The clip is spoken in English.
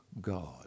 God